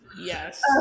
yes